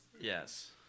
Yes